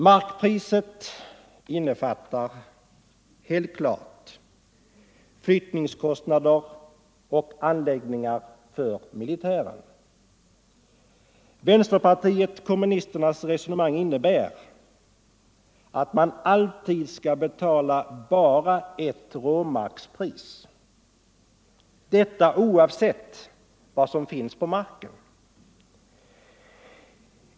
Markpriset innefattar helt klart flyttningskostnader och anläggningar för militären. Vänsterpartiet kommunisternas resonemang innebär att man alltid skall betala bara ett råmarkspris — detta oavsett vad som finns på marken.